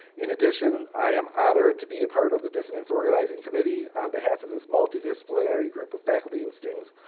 in addition, i am honored to be a part of the dissonance organizing committee. on behalf of this multidisciplinary group of faculty and students,